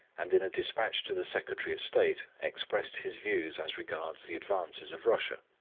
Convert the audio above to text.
and in a despatch to the secretary of state expressed his views as regards the advances of russia.